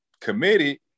committed